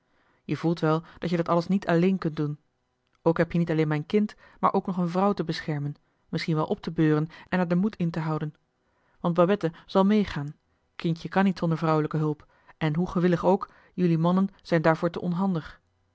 je voelt wel dat je dat alles niet alleen kunt doen ook heb-je niet alleen mijn kind maar ook nog een vrouw te beschermen misschien wel op te beuren en er den moed in te houden want babette zal meegaan kindje kan niet zonder vrouwelijke hulp en hoe gewillig ook jelui mannen zijn daarvoor te onhandig